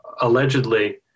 allegedly